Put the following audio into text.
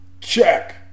check